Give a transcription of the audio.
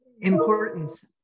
importance